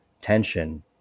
tension